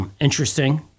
Interesting